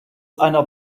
einer